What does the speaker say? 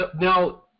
now